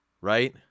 Right